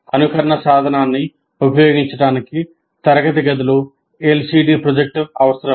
అనుకరణ సాధనాన్ని ఉపయోగించటానికి తరగతి గదిలో LCD ప్రొజెక్టర్ అవసరం